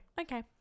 Okay